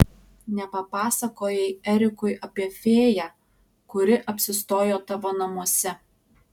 nepapasakojai erikui apie fėją kuri apsistojo tavo namuose